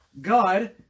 God